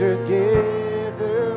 Together